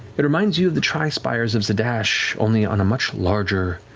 it reminds you of the tri-spires of zadash, only on a much larger,